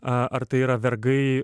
a ar tai yra vergai